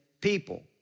people